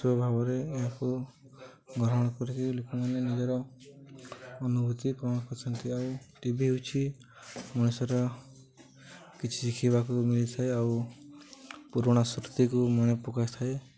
ସ ଭାବରେ ଏହାକୁ ଗ୍ରହଣ କରିକି ଲୋକମାନେ ନିଜର ଅନୁଭୂତି କଣ କରିନ୍ତି ଆଉ ଟିଭି ହଉଛି ମଣିଷର କିଛି ଶିଖିବାକୁ ମିଳିଥାଏ ଆଉ ପୁରୁଣା ସୃତିକୁ ମନେ ପକାଇଥାଏ